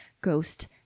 ghost